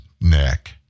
neck